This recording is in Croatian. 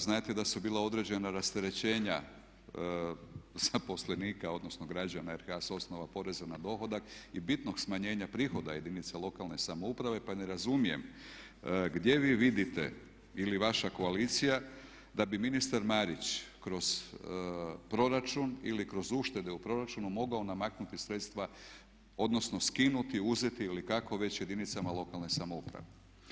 Znate da su bila određena rasterećenja zaposlenika, odnosno građana RH sa osnova poreza na dohodak i bitnog smanjenja prihoda jedinica lokalne samouprave pa ne razumijem gdje vi vidite ili vaša koalicija da bi ministar Marić kroz proračun ili kroz uštede u proračun mogao namaknuti sredstva odnosno skinuti, uzeti ili kako već jedinicama lokalne samouprave.